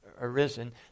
arisen